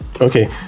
okay